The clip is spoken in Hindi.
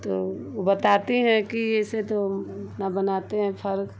तो बताती हैं कि ऐसे तो अपना बनाते हैं फर्क